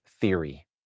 theory